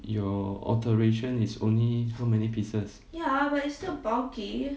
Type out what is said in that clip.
your alteration is only how many pieces